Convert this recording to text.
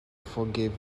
forgive